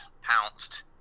pounced